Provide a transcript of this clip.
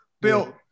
bill